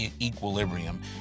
equilibrium